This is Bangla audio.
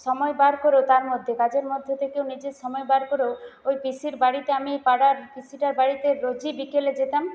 সময় বার করেও তার মধ্যে কাজের মধ্যে থেকেও নিজের সময় বার করেও ওই পিসির বাড়িতে আমি পাড়ার পিসিটার বাড়িতে রোজই বিকেলে যেতাম